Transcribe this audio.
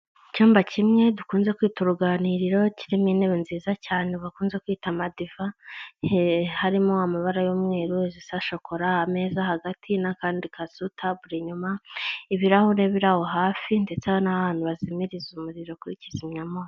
Icyumba kimwe dukunze kwita uruganiriro kirimo intebe nziza cyane bakunze kwita Amadiva, harimo amabara y'umweru, izisa shokora, ameza hagati n'akandi kasutabure inyuma, ibirahure biri aho hafi ndetse n'ahantu bazimiriza umuriro kuri kizimyamwoto.